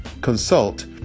consult